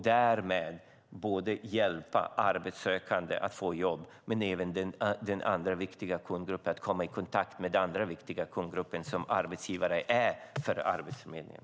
Därmed kan de hjälpa arbetssökande att få jobb men även komma i kontakt med den andra viktiga kundgruppen som arbetsgivare är för Arbetsförmedlingen.